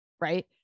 right